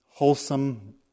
wholesome